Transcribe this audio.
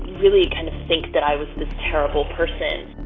really kind of think that i was this terrible person.